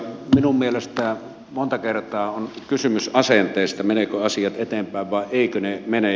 minun mielestäni monta kertaa on kysymys asenteesta menevätkö asiat eteenpäin vai eivätkö ne mene